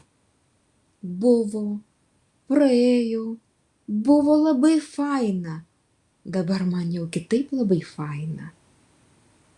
buvo praėjo buvo labai faina dabar man jau kitaip labai faina